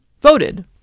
voted